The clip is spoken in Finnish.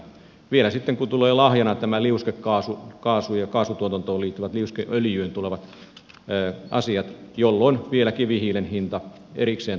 vielä sitten tulee lahjana liuskekaasu ja kaasutuotantoon liittyvät liuskeöljyyn tulevat asiat jolloin vielä kivihiilen hinta erikseen tulee laskemaan